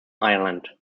ireland